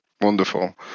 wonderful